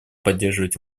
поддерживать